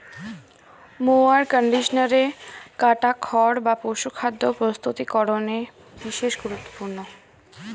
mower কন্ডিশনারে কাটা খড় বা পশুখাদ্য প্রস্তুতিকরনে বিশেষ গুরুত্বপূর্ণ